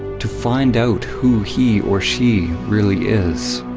to find out who he or she really is.